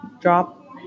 drop